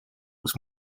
kus